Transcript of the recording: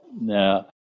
Now